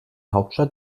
hauptstadt